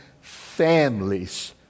families